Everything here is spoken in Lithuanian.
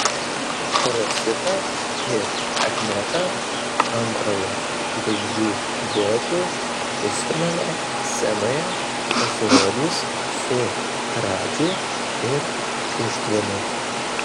rosita ir agneta antrojo žvaigždžių duetų pusfinalio scenoje pasirodys su radži ir ištvanu